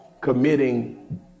committing